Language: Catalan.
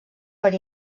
per